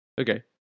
Okay